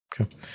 Okay